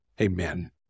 amen